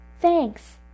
Thanks